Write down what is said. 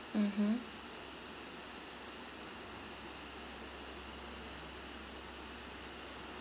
mmhmm